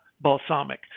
balsamic